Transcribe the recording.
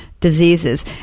diseases